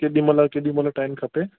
केॾीमहिल केॾीमहिल टाईम खपे